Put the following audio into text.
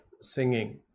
singing